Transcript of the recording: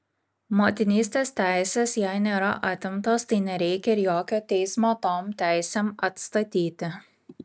motinystės teisės jai nėra atimtos tai nereikia ir jokio teismo tom teisėm atstatyti